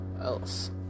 else